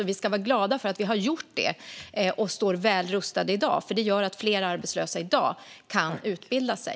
Vi ska också vara glada att vi har gjort det och står väl rustade i dag, för det gör att fler arbetslösa i dag kan utbilda sig.